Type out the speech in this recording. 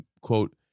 quote